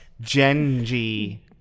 Genji